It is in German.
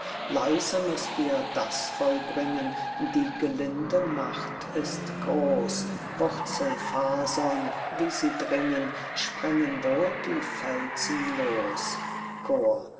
leise müßt ihr das vollbringen die gelinde macht ist groß wurzelfasern wie sie dringen sprengen wohl die felsen los chor